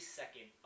second